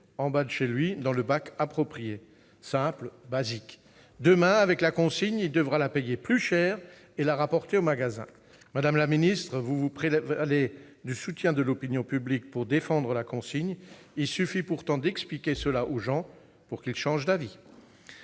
en bas de chez lui dans le bac approprié. Simple, basique ! Demain, avec la consigne, il devra la payer plus cher et la rapporter au magasin. Madame la secrétaire d'État, vous vous prévalez du soutien de l'opinion publique pour défendre la consigne ; il suffit pourtant d'expliquer cela aux gens pour qu'ils changent d'avis.